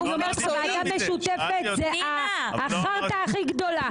ועדה משותפת זה החרטא הכי גדולה.